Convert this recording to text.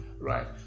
right